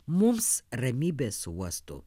mums ramybės uostu